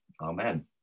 Amen